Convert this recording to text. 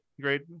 great